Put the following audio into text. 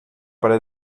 para